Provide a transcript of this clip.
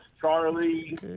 Charlie